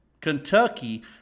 Kentucky